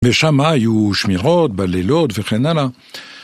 ושם היו שמירות, בלילות וכן הלאה.